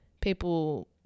people